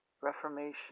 reformation